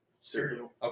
cereal